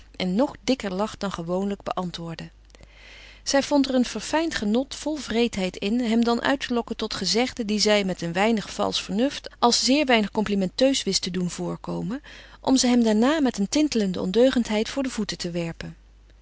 en nog dikker lach dan gewoonlijk beantwoordde zij vond er een verfijnd genot vol wreedheid in hem dan uit te lokken tot gezegden die zij met een weinig valsch vernuft als zeer weinig complimenteus wist te doen voorkomen om ze hem daarna met een tintelende ondeugendheid voor de voeten te werpen